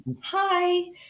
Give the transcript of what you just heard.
hi